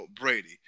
Brady